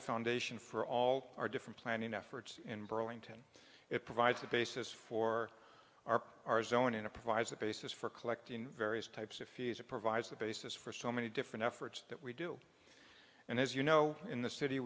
the foundation for all our different planning efforts in burlington it provides a basis for our our zone in a provides the basis for collecting various types of fees and provides the basis for so many different efforts that we do and as you know in the city